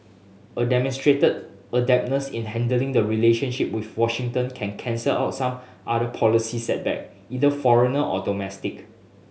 a demonstrated adeptness in handling the relationship with Washington can cancel out some other policy setback either foreigner or domestic